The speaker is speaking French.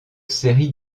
séries